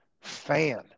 fan